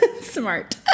smart